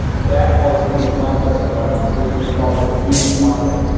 that falls into one custom audience, which we call it the view content,